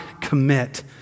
commit